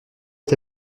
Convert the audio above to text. est